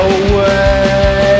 away